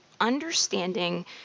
understanding